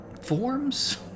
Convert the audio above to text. forms